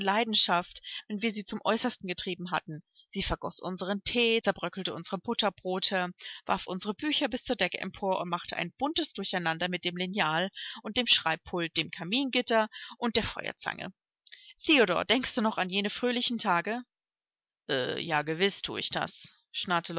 leidenschaft wenn wir sie zum äußersten getrieben hatten sie vergoß unseren thee zerbröckelte unsere butterbrote warf unsere bücher bis zur decke empor und machte ein buntes durcheinander mit dem lineal und dem schreibpult dem kamingitter und der feuerzange theodor denkst du noch an jene fröhlichen tage ja gewiß thue ich das